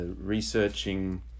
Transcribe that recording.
researching